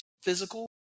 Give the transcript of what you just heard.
physical